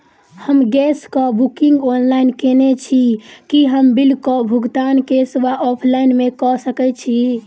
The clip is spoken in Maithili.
हम गैस कऽ बुकिंग ऑनलाइन केने छी, की हम बिल कऽ भुगतान कैश वा ऑफलाइन मे कऽ सकय छी?